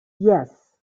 yes